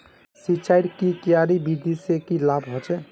सिंचाईर की क्यारी विधि से की लाभ होचे?